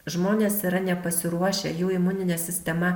žmonės yra nepasiruošę jų imuninė sistema